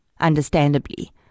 Understandably